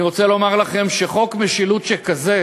אני רוצה לומר לכם שחוק משילות שכזה